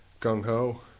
gung-ho